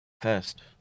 first